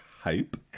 hype